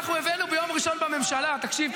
אנחנו הבאנו ביום ראשון בממשלה, תקשיב,